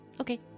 Okay